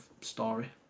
story